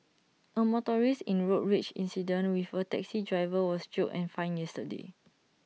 A motorist in A road rage incident with A taxi driver was jailed and fined yesterday